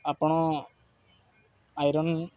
ଆପଣ ଆଇରନ୍